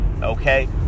Okay